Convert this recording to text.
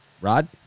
Rod